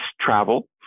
travel